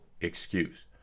excuse